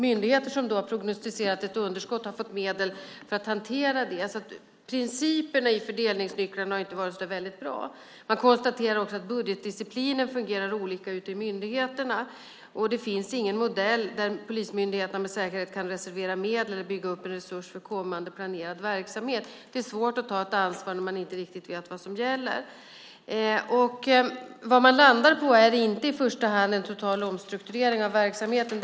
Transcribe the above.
Myndigheter som har prognostiserat ett underskott har fått medel för att hantera det. Principerna i fråga om fördelningsnycklarna har alltså inte var så väldigt bra. Man konstaterar också att budgetdisciplinen fungerar olika ute i myndigheterna. Det finns ingen modell där polismyndigheterna med säkerhet kan reservera medel eller bygga upp en resurs för kommande planerad verksamhet. Det är svårt att ta ett ansvar när man inte riktigt vet vad som gäller. Vad man landar i är inte i första hand en total omstrukturering av verksamheten.